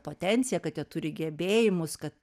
potenciją kad jie turi gebėjimus kad